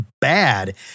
bad